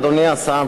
אדוני השר,